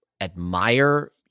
admire